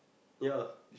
ya